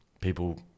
people